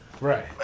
Right